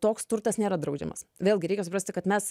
toks turtas nėra draudžiamas vėlgi reikia suprasti kad mes